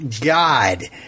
God